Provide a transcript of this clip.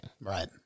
Right